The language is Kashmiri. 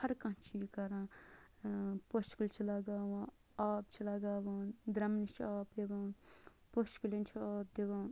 ہر کانٛہہ چھِ یہِ کران پوشہٕ کُلۍ چھِ لگاوان آب چھِ لَگاوان درٛمنِس چھِ آب دِوان پوشہٕ کُلٮ۪ن چھِ آب دِوان